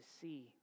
see